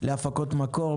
להפקות מקור,